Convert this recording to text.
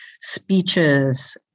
speeches